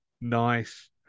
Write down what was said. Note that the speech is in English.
nice